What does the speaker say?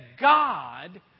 God